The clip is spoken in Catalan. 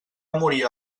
morir